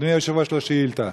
אדוני היושב-ראש, לשאילתה.